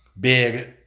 Big